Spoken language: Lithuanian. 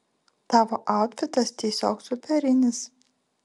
tavo autfitas tiesiog superinis